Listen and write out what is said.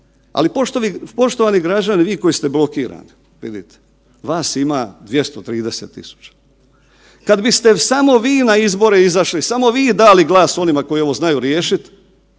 Ali poštovani građani vi koji ste blokirani, vas ima 230.000 kada biste samo vi na izbore izašli i samo vi dati glas onima koji ovo znaju riješiti,